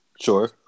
Sure